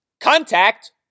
Contact